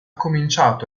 cominciato